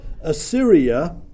Assyria